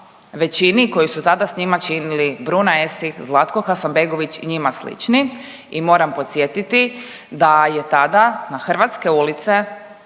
većini koji su tada sa njima činili Bruna Esih, Zlatko Hasanbegović i njima slični. I moram podsjetiti da je tada na hrvatske ulice